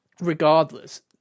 Regardless